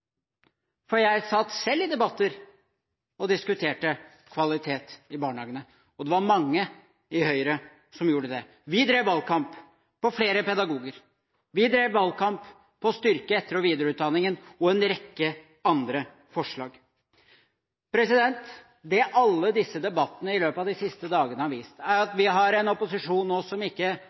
for jeg satt selv i debatter og diskuterte kvalitet i barnehagene, og det var mange i Høyre som gjorde det. Vi drev valgkamp på flere pedagoger. Vi drev valgkamp på å styrke etter- og videreutdanningen og en rekke andre forslag. Det alle disse debattene i løpet av de siste dagene har vist, er at vi har en opposisjon nå som ikke